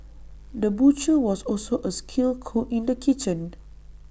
the butcher was also A skilled cook in the kitchen